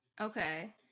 Okay